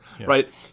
right